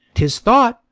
tis thought,